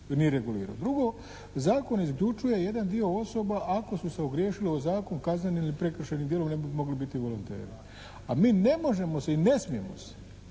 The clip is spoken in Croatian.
Drugo, zakon isključuje jedan dio osoba ako su se ogriješile o zakon kaznenim ili prekršajnim djelovanjem ne bi mogli biti volonteri. A mi ne možemo si i ne smijemo si